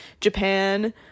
Japan